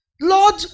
Lord